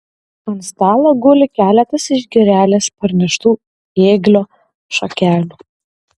ant stalo guli keletas iš girelės parneštų ėglio šakelių